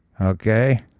Okay